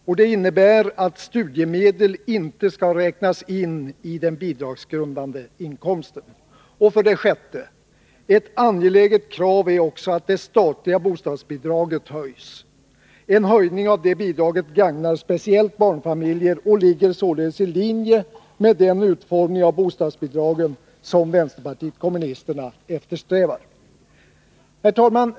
Detta innebär att studiemedel inte skall räknas in i den bidragsgrundande inkomsten. 6. Ett angeläget krav är också att det statliga bostadsbidraget höjs. En höjning av detta bidrag gagnar speciellt barnfamiljer och ligger således i linje med den utformning av bostadsbidragen som vänsterpartiet kommunisterna eftersträvar. Herr talman!